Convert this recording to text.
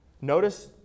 notice